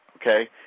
okay